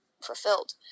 fulfilled